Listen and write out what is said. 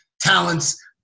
talents